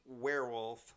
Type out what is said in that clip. Werewolf